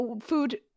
Food